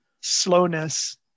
slowness